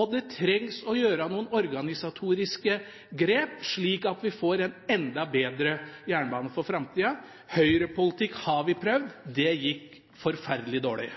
og å gjøre noen organisatoriske grep, slik at vi får en enda bedre jernbane for framtida. Høyrepolitikk har vi prøvd. Det gikk forferdelig dårlig.